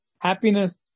happiness